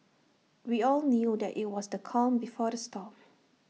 we all knew that IT was the calm before the storm